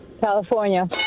California